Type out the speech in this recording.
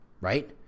right